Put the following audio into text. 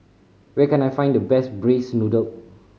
where can I find the best braised noodle